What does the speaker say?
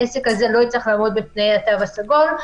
שעסק כזה לא יצטרך לעמוד בתנאי התו הסגול.